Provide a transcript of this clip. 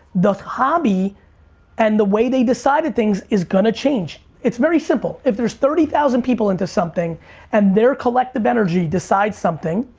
the hobby and the way they decided things is gonna change. it's very simple. if there's thirty thousand people into something and they're collective energy energy decides something,